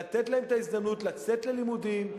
לתת להם את ההזדמנות לצאת ללימודים,